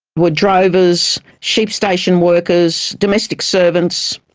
were drovers, sheep station workers, domestic servants.